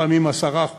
לפעמים 10%,